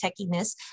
techiness